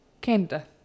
Canada